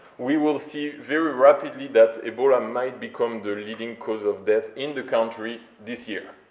we will see, very rapidly, that ebola might become the leading cause of death in the country this year,